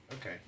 Okay